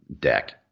deck